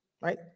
right